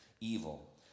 evil